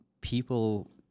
people